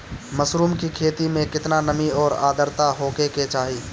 Mushroom की खेती में केतना नमी और आद्रता होखे के चाही?